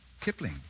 Kipling